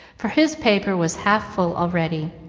for his paper was half full already,